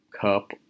cup